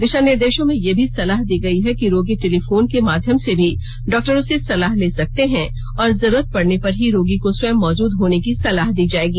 दिशा निर्देशों में यह भी सलाह दी गई है कि रोगी टेलीफोन के माध्यम से भी डॉक्टरों से सलाह ले सकते हैं और जरूरत पड़ने पर ही रोगी को स्वयं मौजूद होने की सलाह दी जाएगी